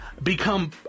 become